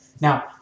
Now